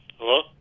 Hello